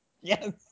Yes